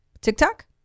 TikTok